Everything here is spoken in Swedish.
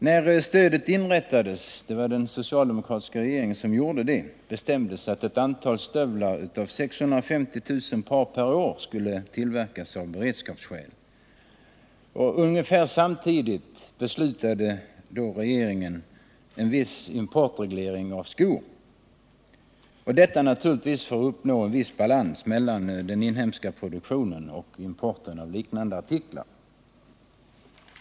När stödet inrättades — det var den socialdemokratiska regeringen som gjorde det — bestämdes att stövlar till ett antal av 650 000 par per år skulle tillverkas av beredskapsskäl. Ungefär samtidigt beslutade regeringen om en importreglering av skor; detta naturligtvis för att uppnå en viss balans mellan den inhemska produktionen och importen av liknande artiklar.